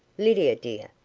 lydia, dear,